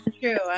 true